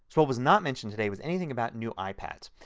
so what was not mentioned today was anything about new ipads.